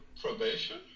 probation